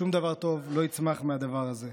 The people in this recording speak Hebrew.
שום דבר טוב לא יצמח מהדבר הזה.